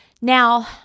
Now